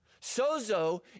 Sozo